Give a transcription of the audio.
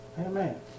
Amen